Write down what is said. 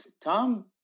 Tom